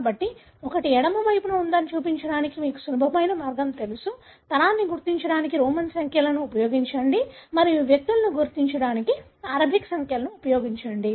కాబట్టి ఒకటి ఎడమ వైపున ఉందని చూపించడానికి మీకు సులభమైన మార్గం తెలుసు తరాన్ని గుర్తించడానికి రోమన్ సంఖ్యలను ఉపయోగించండి మరియు వ్యక్తులను గుర్తించడానికి అరబిక్ సంఖ్యలను ఉపయోగించండి